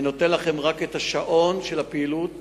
אני נותן לכם רק את השעון של הפעילות